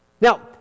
Now